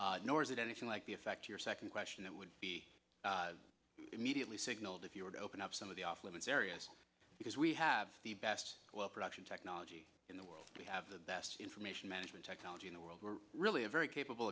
nor is it anything like the effect your second question that would be immediately signaled if you were to open up some of the off limits areas because we have the best oil production technology in the world we have the best information management technology in the world we're really a very capable